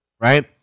right